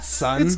son